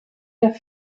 der